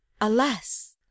alas